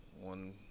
One